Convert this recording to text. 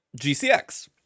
GCX